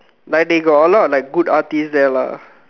like they got a lot of like good artist there lah